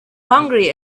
hungry